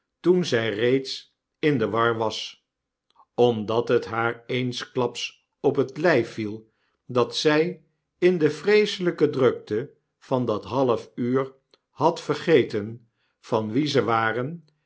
toen zij reeds in de war was omdat het haar eensklaps op t lyf viel dat zy in de vreeselyke drukte van dat half uur had vergeten'van wie ze waren